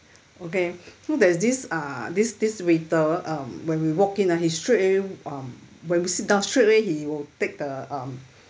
okay know that this uh this this waiter um when we walk in lah he straight away um when we sit down straight away he will take the um